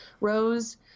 Rose